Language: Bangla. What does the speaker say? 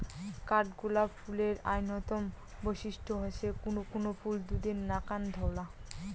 কাঠগোলাপ ফুলের অইন্যতম বৈশিষ্ট্য হসে কুনো কুনো ফুল দুধের নাকান ধওলা